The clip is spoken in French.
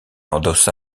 endossa